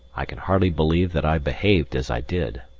i can hardly believe that i behaved as i did